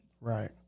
Right